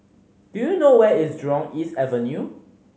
do you know where is Jurong East Avenue